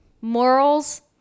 Morals